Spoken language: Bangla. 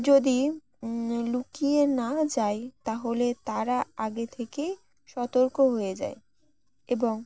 যদি লুকিয়ে না যায় তাহলে তারা আগে থেকেই সতর্ক হয়ে যায় এবং